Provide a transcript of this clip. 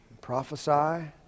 prophesy